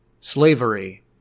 Slavery